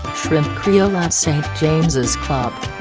shrimp creole at st. james's club.